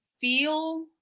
feel